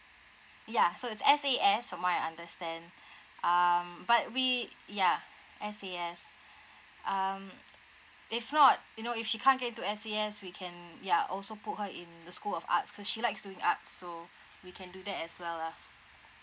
ya so it's S_A_S from my understand um but we ya S_A_S um if not you know if she can't get into S_A_S we can ya also put her in the school of arts cause she likes doing arts so we can do that as well lah